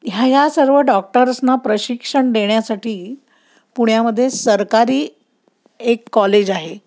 ह्या ह्या सर्व डॉक्टर्सना प्रशिक्षण देण्यासाठी पुण्यामध्ये सरकारी एक कॉलेज आहे